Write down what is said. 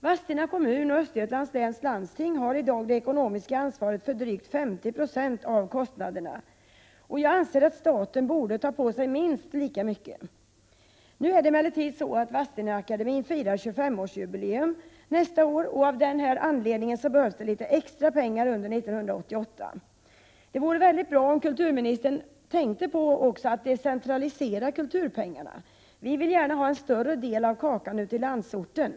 Vadstena kommun och Östergötlands läns landsting har i dag det ekonomiska ansvaret för drygt 50 96 av kostnaderna, och jag anser att staten borde ta på sig minst lika mycket. Vadstena-akademien firar nästa år 25-årsjubileum, och av denna anled = Prot. 1987/88:33 ning behövs det litet extra pengar under 1988. Det vore också bra om 27november 1987 kulturministern mera ville tänka på att decentralisera kulturpengarna — vi vill E m utbyggnaden av ha litet större del av kakan ute i landsorten.